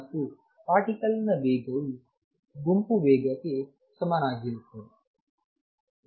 ಮತ್ತು ಪಾರ್ಟಿಕಲ್ ನ ವೇಗವು ಗುಂಪು ವೇಗಕ್ಕೆ ಸಮನಾಗಿರುತ್ತದೆ